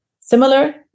similar